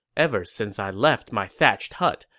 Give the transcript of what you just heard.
ever since i left my thatched hut,